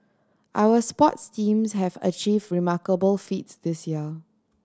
our sports teams have achieve remarkable feats this year